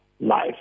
life